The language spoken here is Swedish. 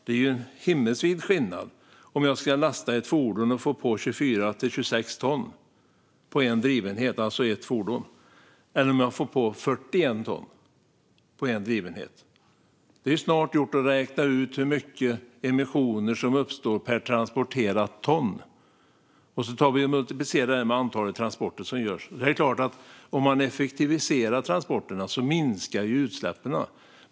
Det är en himmelsvid skillnad mellan att lasta ett fordon och få på 24-26 ton på en drivenhet, alltså ett fordon, och att få på 41 ton på en drivenhet. Det är snart gjort att räkna ut hur mycket emissioner som uppstår per transporterat ton och sedan multiplicera det med antalet transporter som görs. Det är klart att om man effektiviserar transporterna minskar utsläppen.